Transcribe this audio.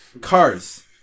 cars